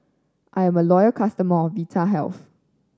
I'm a loyal customer of Vitahealth